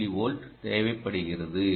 3 volt தேவைப்படுகிறது